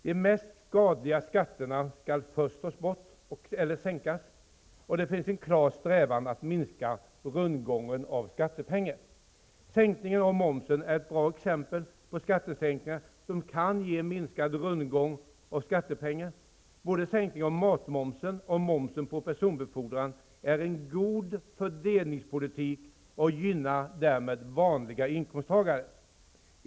De mest skadliga skatterna skall först tas bort, eller sänkas, och det finns en klar strävan att minska rundgången beträffande skattepengar. Sänkningen av momsen är ett bra exempel på en skattesänkning som kan minska rundgången när det gäller skattepengar. Både sänkningen av matmomsen och sänkningen av momsen på ''personbefordran'' är exempel på en god fördelningspolitik och gynnar därmed vanliga inkomsttagare.